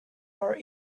our